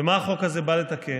מה החוק הזה בא לתקן?